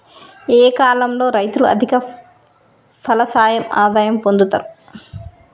ఏ కాలం లో రైతులు అధిక ఫలసాయం ఆదాయం పొందుతరు?